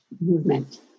movement